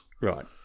Right